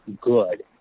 good